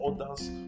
others